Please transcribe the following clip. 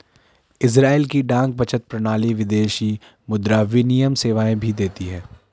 Israel की डाक बचत प्रणाली विदेशी मुद्रा विनिमय सेवाएं भी देती है